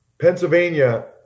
Pennsylvania